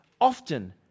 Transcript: often